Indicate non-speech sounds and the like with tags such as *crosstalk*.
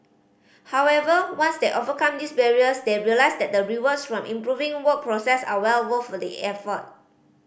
however once they overcome these barriers they realise that the rewards from improving work process are well worth *unintelligible* the effort